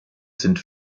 sind